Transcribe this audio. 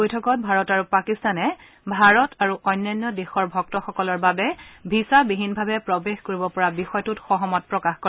বৈঠকত ভাৰত আৰু পাকিস্তানে ভাৰত আৰু অন্যান্য দেশৰ ভক্তসকলৰ বাবে ভিছাবিহীনভাৱে প্ৰৱেশ কৰিব পৰা বিষয়টোত সহমত প্ৰকাশ কৰে